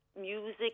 music